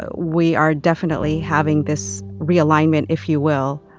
ah we are definitely having this realignment, if you will,